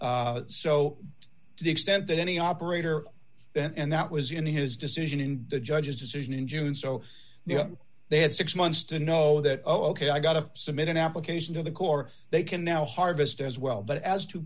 to the extent that any operator and that was in his decision in the judge's decision in june so they had six months to know that ok i got to submit an application to the corps they can now harvest as well but as to